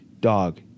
Dog